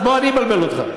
אז בוא אני אבלבל אותך,